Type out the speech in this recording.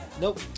Nope